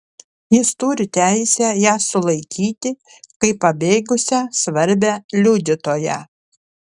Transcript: jis turi teisę ją sulaikyti kaip pabėgusią svarbią liudytoją